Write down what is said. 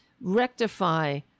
rectify